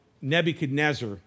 Nebuchadnezzar